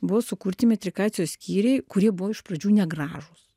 buvo sukurti metrikacijos skyriai kurie buvo iš pradžių negražūs